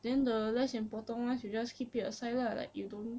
then the less important ones you just keep it aside lah like you don't